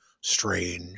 strange